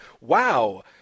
wow